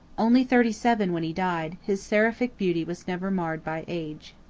only thirty-seven when he died, his seraphic beauty was never marred by age.